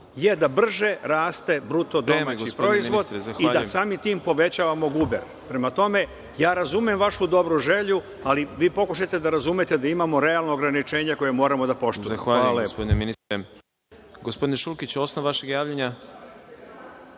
je da brže raste bruto domaći proizvod i da samim tim povećavamo guber. Prema tome, razumem vašu dobru želju, ali vi pokušajte da razumete da imamo realno ograničenje koje moramo da poštujemo. Hvala